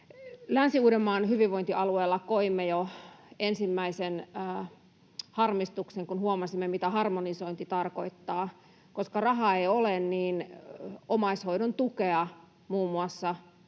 Länsi-Uudenmaan hyvinvointialueella koimme jo ensimmäisen harmistuksen, kun huomasimme, mitä harmonisointi tarkoittaa. Koska rahaa ei ole, niin omaishoidon tukea muun muassa